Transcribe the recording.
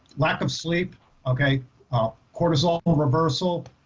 lack of sleep okay cortisol or reversal.